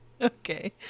Okay